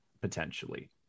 potentially